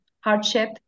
hardship